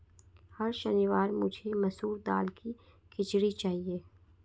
हर शनिवार मुझे मसूर दाल की खिचड़ी चाहिए